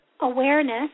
awareness